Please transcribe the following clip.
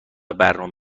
برنامه